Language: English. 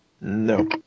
No